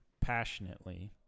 passionately